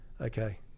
okay